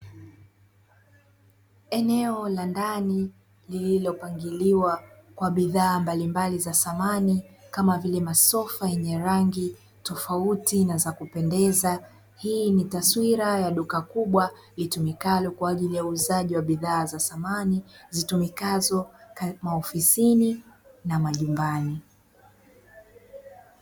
Eneo la ndani lililopangiliwa kwa bidhaa mbalimbali za samani kama vile masofa yenye rangi tofauti na za kupendeza, hii ni taswira ya duka kubwa litumikalo kwa ajili ya uuzaji wa bidhaa za samani zitumikazo maofisini na majumbani.